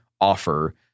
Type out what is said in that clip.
offer